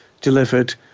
delivered